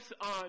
on